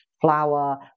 flour